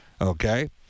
Okay